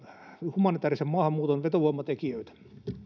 humanitäärisen maahanmuuton vetovoimatekijöitä